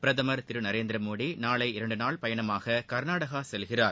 பிரதமர் திரு நரேந்திரமோடி நாளை இரண்டுநாள் பயணமாக கர்நாடகா செல்கிறார்